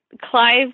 Clive